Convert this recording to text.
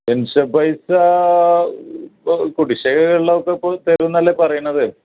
pension പൈസ ഇപ്പം കുടിശികയുള്ളവർക്ക് തരും എന്നല്ലെ പറയുന്നത്